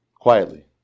Quietly